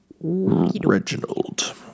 reginald